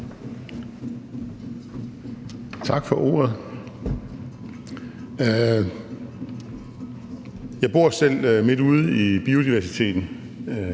Tak for ordet. Jeg bor selv midt ude i biodiversiteten